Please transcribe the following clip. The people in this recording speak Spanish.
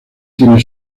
tiene